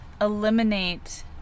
eliminate